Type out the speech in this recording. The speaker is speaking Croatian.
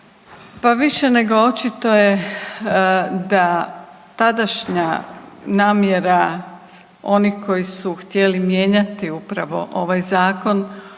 Pa više nego očito je da tadašnja namjera onih koji su htjeli mijenjati upravo ovaj zakon,